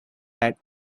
that